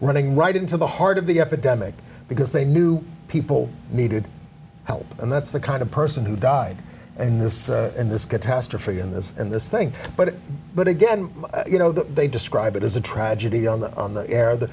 running right into the heart of the epidemic because they knew people needed help and that's the kind of person who died and this and this catastrophe and this and this thing but but again you know they describe it as a tragedy on the on the air the